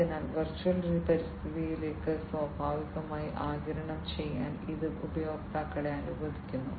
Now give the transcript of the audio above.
അതിനാൽ വെർച്വൽ പരിതസ്ഥിതിയിലേക്ക് സ്വാഭാവികമായി ആഗിരണം ചെയ്യാൻ ഇത് ഉപയോക്താക്കളെ അനുവദിക്കുന്നു